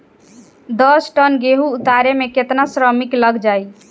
दस टन गेहूं उतारे में केतना श्रमिक लग जाई?